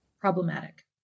problematic